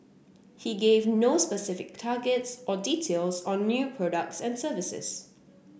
he gave no specific targets or details on new products and services